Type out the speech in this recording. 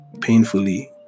painfully